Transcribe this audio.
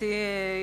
גברתי היושבת-ראש,